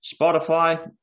spotify